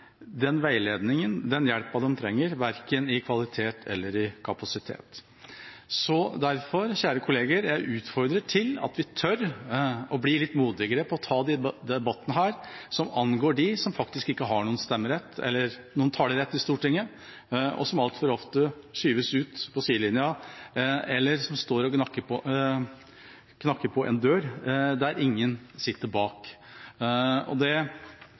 veiledningen og den hjelpen de trenger, verken når det gjelder kvalitet eller kapasitet. Derfor, kjære kolleger, jeg utfordrer til å tørre å bli litt modigere på å ta de debattene her, som angår dem som faktisk ikke har noen stemmerett eller noen talerett i Stortinget, og som altfor ofte skyves ut på sidelinja, eller som står og knakker på en dør der ingen sitter bak. Det